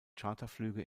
charterflüge